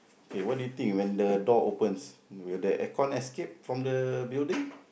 okay what do you think when the door opens will the aircon escape from the building